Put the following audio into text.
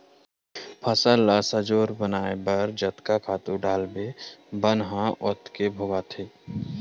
फसल ल सजोर बनाए बर जतके खातू डारबे बन ह ओतके भोगाथे